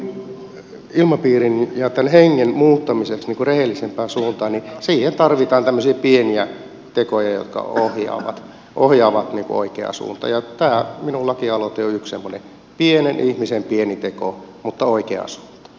tämän ilmapiirin ja tämän hengen muuttamiseksi rehellisempään suuntaan tarvitaan tämmöisiä pieniä tekoja jotka ohjaavat oikeaan suuntaan ja tämä minun lakialoitteeni on yksi semmoinen pienen ihmisen pieni teko mutta oikeaan suuntaan